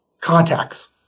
contacts